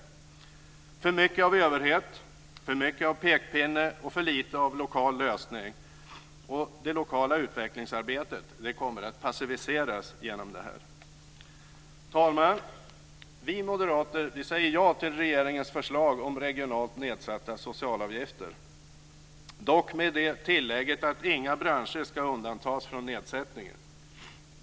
Det blir för mycket av överhet, för mycket av pekpinne och för lite av lokal lösning, och det lokala utvecklingsarbetet kommer att passiviseras genom det här. Fru talman! Vi moderater säger ja till regeringens förslag om regionalt nedsatta socialavgifter, dock med det tillägget att inga branscher ska undantas från nedsättningen.